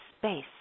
space